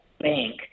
bank